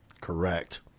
correct